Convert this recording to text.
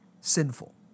sinful